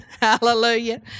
Hallelujah